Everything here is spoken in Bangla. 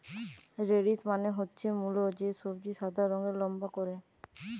রেডিশ মানে হচ্ছে মুলো, যে সবজি সাদা রঙের লম্বা করে